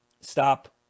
stop